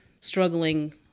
struggling